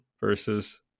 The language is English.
versus